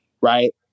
right